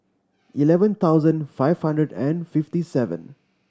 eleven thousand five hundred and fifty seven